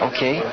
Okay